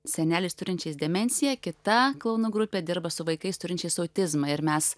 seneliais turinčiais demenciją kita klounų grupė dirba su vaikais turinčiais autizmą ir mes